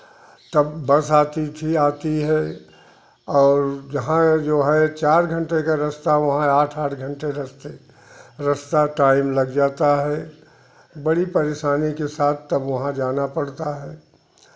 तब बस आती थी आती है और जहाँ जो है चार घंटे का रस्ता वहाँ आठ आठ घंटे रस्ते रास्ता टाइम लग जाता है बड़ी परेशानी के साथ तब वहाँ जाना पड़ता है